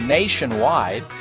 nationwide